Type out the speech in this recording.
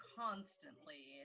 constantly